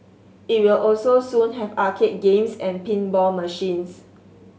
it will also soon have arcade games and pinball machines